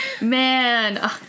man